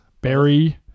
Berry